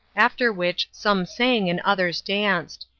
after which some sang and others danced.